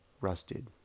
rusted